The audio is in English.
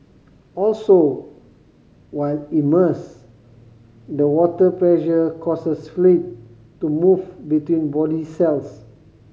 also while immersed the water pressure causes fluid to move between body cells